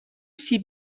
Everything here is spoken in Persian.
سیب